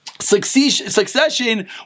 succession